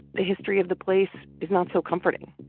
the history of the place is not so comforting.